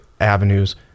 avenues –